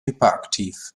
hyperaktiv